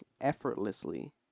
effortlessly